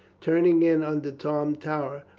turning in under tom tower,